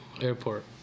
airport